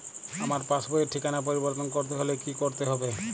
আমার পাসবই র ঠিকানা পরিবর্তন করতে হলে কী করতে হবে?